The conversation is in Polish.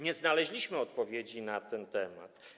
Nie znaleźliśmy odpowiedzi na ten temat.